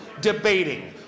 debating